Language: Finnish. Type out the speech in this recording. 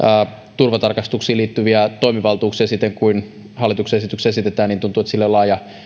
turvatarkastuksiin liittyviä toimivaltuuksia siten kuin hallituksen esityksessä esitetään niin tuntuu että sille on laaja